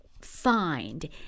find